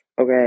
okay